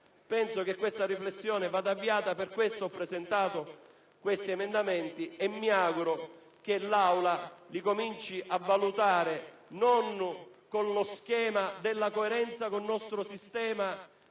Penso che una riflessione vada avviata e per questo ho presentato questi emendamenti, che mi auguro l'Assemblea cominci a valutare non secondo lo schema della coerenza con il nostro sistema